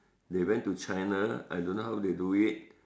they went to China I don't know how they do it